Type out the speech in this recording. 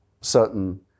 certain